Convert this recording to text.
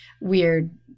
weird